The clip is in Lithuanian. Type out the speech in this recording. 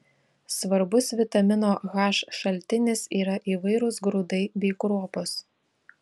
svarbus vitamino h šaltinis yra įvairūs grūdai bei kruopos